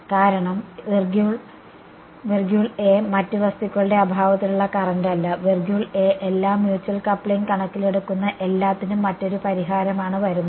കാരണം മറ്റ് വസ്തുക്കളുടെ അഭാവത്തിലുള്ള കറന്റ് അല്ല എല്ലാ മ്യൂച്വൽ കപ്ലിംഗ് കണക്കിലെടുക്കുന്ന എല്ലാത്തിനും മറ്റൊരു പരിഹാരമാണ് വരുന്നത്